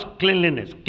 cleanliness